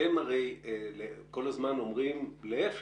אתם הרי כל הזמן אומרים להיפך,